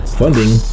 Funding